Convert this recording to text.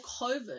COVID